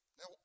Now